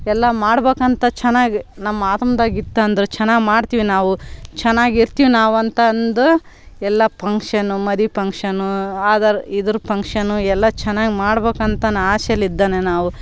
ಎಲ್ಲ ಮಾಡ್ಬೇಕಂತೆ ಚೆನ್ನಾಗಿ ನಮ್ಮ ಆತ್ಮದಾಗೆ ಇತ್ತು ಅಂದ್ರೆ ಚೆನ್ನಾಗಿ ಮಾಡ್ತೀವಿ ನಾವು ಚೆನ್ನಾಗಿ ಇರ್ತೀವಿ ನಾವು ಅಂತ ಅಂದು ಎಲ್ಲ ಪಂಕ್ಷನ್ನು ಮದ್ವೆ ಪಂಕ್ಷನ್ನು ಅದರ ಇದ್ರ ಪಂಕ್ಷನು ಎಲ್ಲ ಚೆನ್ನಾಗಿ ಮಾಡ್ಬೇಕು ಅಂತ ನಾ ಆಸೆಲಿ ಇದ್ದಾನೆ ನಾವು